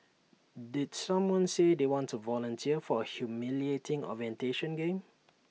did someone say they want A volunteer for A humiliating orientation game